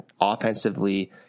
offensively